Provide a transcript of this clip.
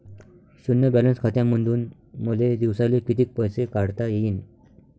शुन्य बॅलन्स खात्यामंधून मले दिवसाले कितीक पैसे काढता येईन?